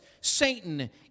Satan